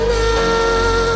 now